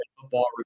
Football